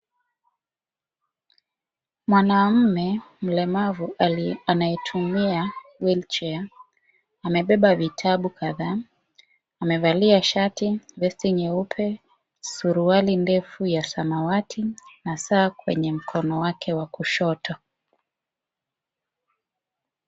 Mwanaume, mlemavu, aliye, anaye tumia (cs)wheelchair (cs), amebeba vitabu kathaa, amevalia shati, vesti nyeupe, suruari ndefu ya samawati na saa kwenye mkono wake wa kushoto.